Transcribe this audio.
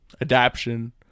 adaption